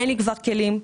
אין לי כבר כלים.